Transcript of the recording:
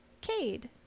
Cade